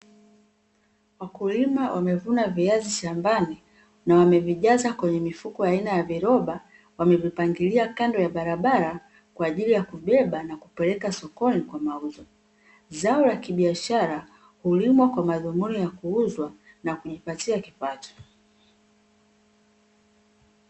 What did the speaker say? Wakulima wamevuna viazi shambani, na wamevijaza kwenye vifuko aina ya viroba, wamevipangilia kando ya barabara kwa ajili ya kubeba na kupeleka sokoni kwa mauzo. Zao la kibiashara hulimwa kwa madhumuni ya kuuzwa, na kujipatia kipato.